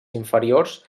inferiors